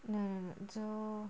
no no no so